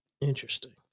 Interesting